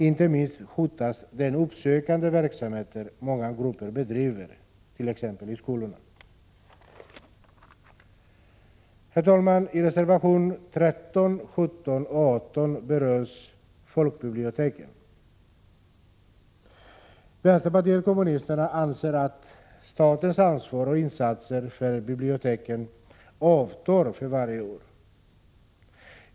Inte minst hotas den uppsökande verksamhet många grupper bedriver t.ex. i skolorna. Herr talman! I reservationerna 13, 17 och 18 berörs folkbiblioteken. Vänsterpartiet kommunisterna anser att statens ansvar och insatser för biblioteken avtar för varje år.